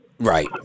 Right